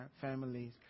families